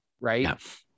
right